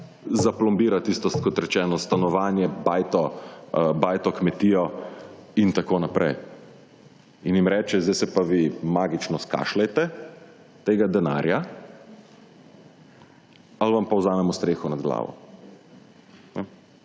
Zaplombira tisto, kot rečeno, stanovanje, bajto, kmetijo in tako naprej. In jim reče, zdaj se pa vi magično skašlajte tega denarja, ali pa vam vzamemo streho nad glavo.